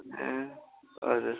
ए हजुर